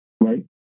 right